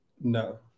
no